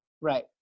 Right